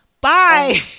Bye